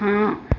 ہاں